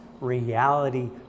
reality